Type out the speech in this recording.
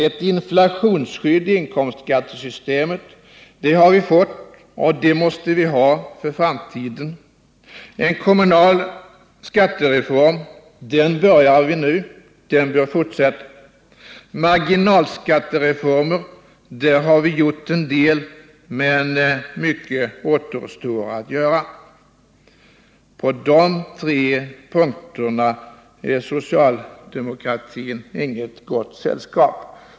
Ett inflationsskydd i inkomstskattesystemet har vi fått, och det måste vi ha för framtiden. En kommunal skattereform påbörjar vi nu — det arbetet bör fortsätta. Marginalskattereformer-— där har vi gjort en del, men mycket återstår att göra. När det gäller de tre punkterna är socialdemokratin inget gott sällskap.